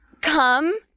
come